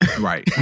Right